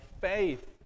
faith